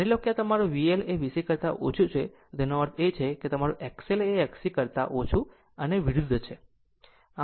માની લો કે જો તમારું VL એ VC કરતા ઓછું છે તો તેનો અર્થ છે મારું XL એ Xc કરતા ઓછું અને વિરુદ્ધ છે